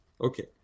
Okay